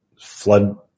flood